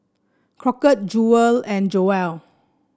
Crockett Jewel and